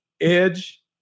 edge